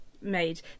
made